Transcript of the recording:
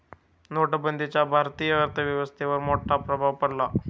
नोटबंदीचा भारतीय अर्थव्यवस्थेवर मोठा प्रभाव पडला